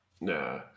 Nah